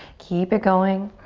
keep it going.